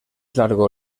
largo